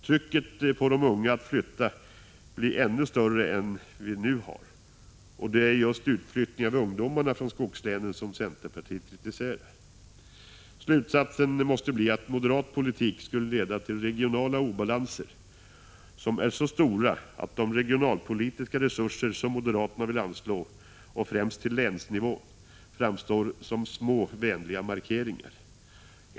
Trycket på de unga att flytta blir ännu större än som nu är fallet, och det är ju just ungdomarnas utflyttning från skogslänen som centerpartiet kritiserar. Slutsa som är så stora att de regionalpolitiska resurser som moderaterna vill anslå, tsen måste bli att moderat politik skulle leda till regionala obalanser främst på länsnivån, framstår som små vänliga markeringar.